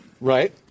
Right